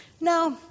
Now